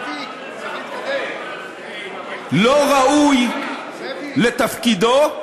אינו ראוי לתפקידו,